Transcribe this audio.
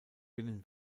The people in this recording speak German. binnen